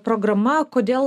programa kodėl